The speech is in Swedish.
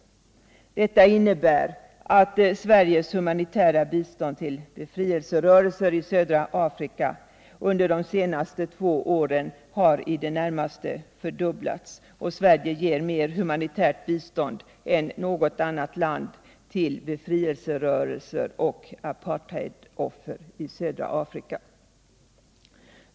Detta innebär att Sveriges humanitära bistånd till befrielserörelser i södra Afrika under de senaste två åren har i det närmaste fördubblats. Sverige ger mer humanitärt bistånd än något annat land till befrielserörelser och apartheidoffer i södra Afrika.